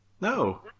no